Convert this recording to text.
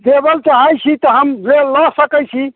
देबऽ चाहैत छी तऽ हम लऽ सकैत छी